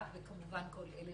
וכמובן לכל אלה